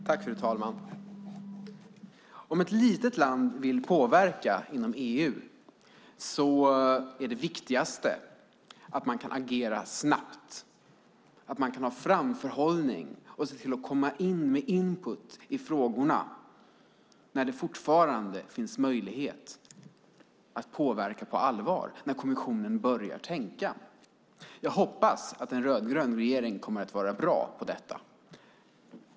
Fru talman! Om ett litet land vill påverka inom EU är det viktigaste att man kan agera snabbt, att man kan ha framförhållning och se till att komma in med input i frågorna när det fortfarande finns möjlighet att påverka på allvar när kommissionen börjar tänka. Jag hoppas att en rödgrön regering kommer att vara bra på detta.